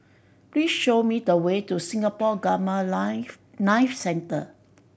please show me the way to Singapore Gamma Life Knife Centre